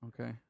Okay